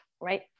right